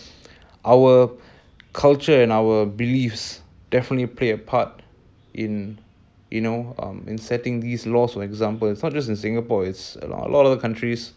our culture and our beliefs definitely play a part in you know in setting these laws for example such as in singapore it's in a lot of other countries